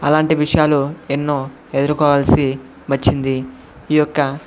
అలాంటి విషయాలు ఎన్నో ఎదుర్కోవాల్సి వచ్చింది ఈ యొక్క